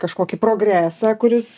kažkokį progresą kuris